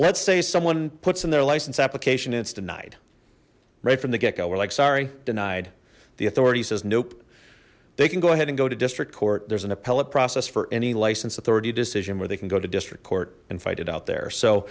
let's say someone puts in their license application it's tonight right from the get go we're like sorry denied the authority says nope they can go ahead and go to district court there's an appellate process for any license authority decision where they can go to district court and fight it out there so